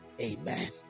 Amen